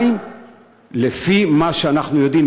2. לפי מה שאנחנו יודעים,